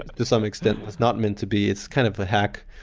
to some extent, is not meant to be. it's kind of a hack.